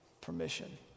permission